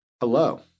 Hello